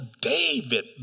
David